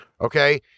Okay